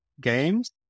games